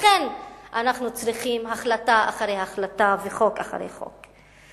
לכן אנחנו צריכים החלטה אחרי החלטה וחוק אחרי חוק.